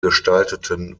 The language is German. gestalteten